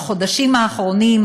בחודשים האחרונים,